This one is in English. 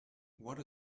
what